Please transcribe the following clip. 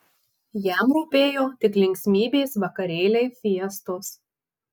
jam rūpėjo tik linksmybės vakarėliai fiestos